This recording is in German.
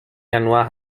januar